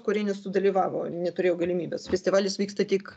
kurie nesudalyvavo neturėjo galimybės festivalis vyksta tik